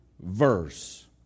verse